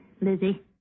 Lizzie